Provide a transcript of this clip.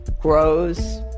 grows